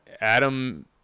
Adam